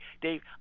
Dave